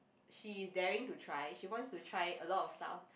she is daring to try she wants to try a lot of stuff